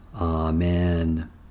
Amen